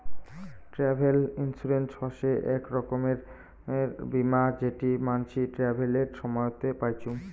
travel insurance হসে আক রকমের বীমা যেটি মানসি ট্রাভেলের সময়তে পাইচুঙ